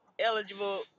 eligible